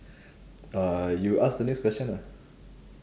uh you ask the next question ah